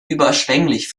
überschwänglich